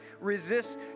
resist